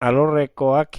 alorrekoak